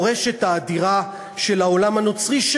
את המורשת האדירה של העולם הנוצרי,